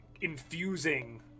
infusing